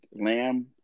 Lamb